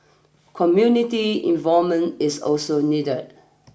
community involvement is also needed